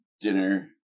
dinner